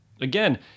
again